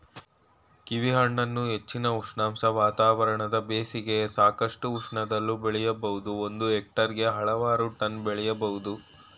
ಕೀವಿಹಣ್ಣನ್ನು ಹೆಚ್ಚಿನ ಉಷ್ಣಾಂಶ ವಾತಾವರಣದ ಬೇಸಿಗೆಯ ಸಾಕಷ್ಟು ಉಷ್ಣದಲ್ಲೂ ಬೆಳಿಬೋದು ಒಂದು ಹೆಕ್ಟೇರ್ಗೆ ಹಲವಾರು ಟನ್ ಬೆಳಿಬೋದು